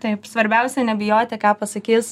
taip svarbiausia nebijoti ką pasakys